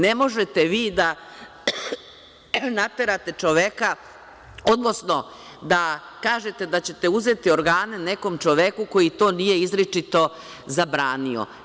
Ne možete vi da naterate čoveka, odnosno da kažete da ćete uzeti organe nekom čoveku koji to nije izričito zabranio.